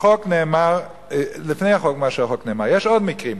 בחוק נאמר, לפני זה, יש עוד מקרים.